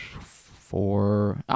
four